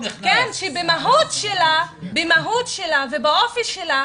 שבמהות שלה ובאופי שלה